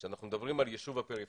כאשר אנחנו מדברים על ישוב הפריפריה,